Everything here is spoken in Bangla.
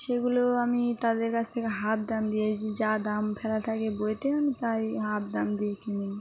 সেগুলো আমি তাদের কাছ থেকে হাফ দাম দিয়েছি যা দাম ফেলা থাকে বইতে আমি তাই হাফ দাম দিয়ে কিনি